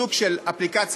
סוג של אפליקציה,